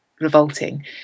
revolting